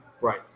Right